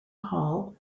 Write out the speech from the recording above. hall